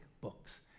books